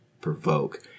provoke